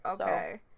okay